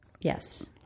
yes